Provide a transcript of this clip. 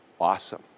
awesome